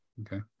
Okay